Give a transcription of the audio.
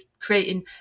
creating